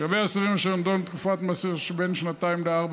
לגבי אסירים אשר נידונו לתקופות מאסר שבין שנתיים לארבע